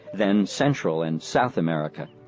then central and south america.